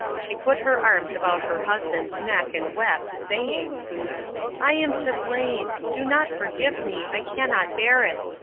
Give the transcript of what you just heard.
she put her arms about her husband's neck and wept, saying i am to blame, do not forgive me, i cannot bear it.